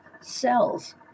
cells